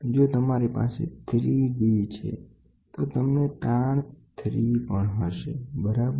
જો તમારી પાસે 3d હોય તો તમને સ્ટ્રેન 3 પણ હશે બરાબર